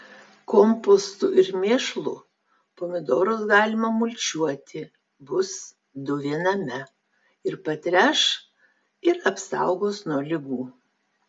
kompostu ir mėšlu pomidorus galima mulčiuoti bus du viename ir patręš ir apsaugos nuo ligų